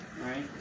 right